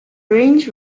range